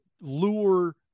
lure